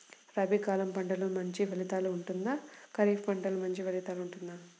రబీ కాలం పంటలు మంచి ఫలితాలు ఉంటుందా? ఖరీఫ్ పంటలు మంచి ఫలితాలు ఉంటుందా?